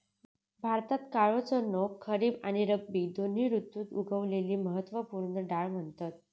भारतात काळो चणो खरीब आणि रब्बी दोन्ही ऋतुत उगवलेली महत्त्व पूर्ण डाळ म्हणतत